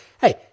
Hey